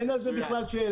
אין על זה בכלל שאלה.